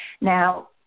Now